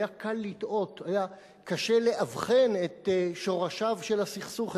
היה קל לטעות והיה קשה לאבחן את שורשיו של הסכסוך,